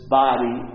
body